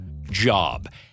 job